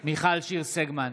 מיכל שיר סגמן,